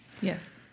Yes